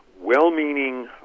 well-meaning